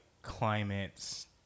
climates